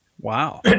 Wow